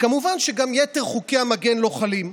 כמובן שגם יתר חוקי המגן לא חלים.